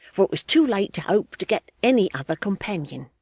for it was too late to hope to get any other companion.